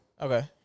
Okay